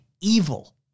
evil